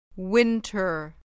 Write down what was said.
Winter